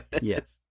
yes